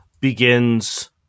begins